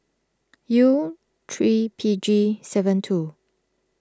U three P G seven two